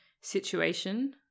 situation